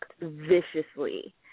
viciously